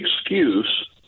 excuse